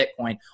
Bitcoin